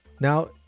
Now